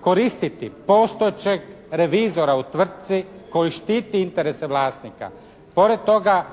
koristiti postojećeg revizora u tvrtci koji štiti interese vlasnika. Pored toga